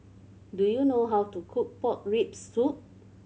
do you know how to cook pork rib soup